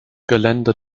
gelände